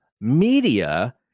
media